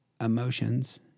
emotions